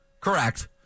Correct